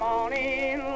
morning